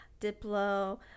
Diplo